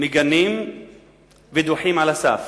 מגנים ודוחים על הסף.